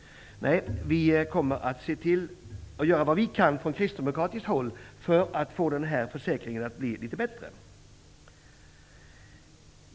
Nej, vi kristdemokrater kommer att göra vad vi kan för att få den här försäkringen att bli litet bättre.